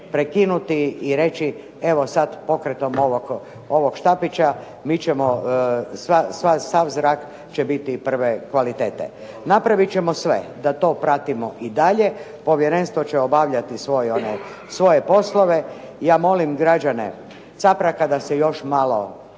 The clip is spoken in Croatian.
prekinuti i reći evo sad pokretom ovog štapića mi ćemo sav zrak će biti 1. kvalitete. Napravit ćemo sve da to pratimo i dalje, povjerenstvo će obavljati svoje poslove. Ja molim građane Capraka da još malo